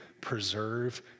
preserve